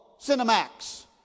cinemax